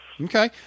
Okay